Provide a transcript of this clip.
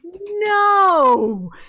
no